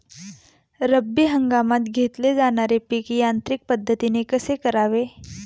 रब्बी हंगामात घेतले जाणारे पीक यांत्रिक पद्धतीने कसे करावे?